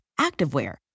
activewear